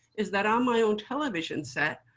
is that on my own television set,